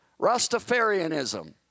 Rastafarianism